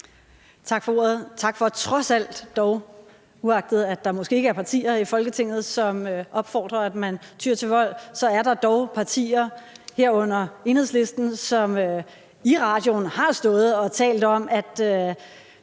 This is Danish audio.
Tak for ordet, og tak for trods alt at nævne det. Uagtet at der måske ikke er partier i Folketinget, som opfordrer til, at man tyer til vold, så er der dog partier, herunder Enhedslisten, som i radioen har stået og talt om, at